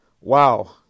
Wow